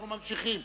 אנחנו ממשיכים,